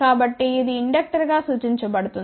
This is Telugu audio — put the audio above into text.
కాబట్టి అది ఇండక్టర్గా సూచించబడుతుంది